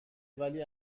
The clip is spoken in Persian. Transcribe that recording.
ولی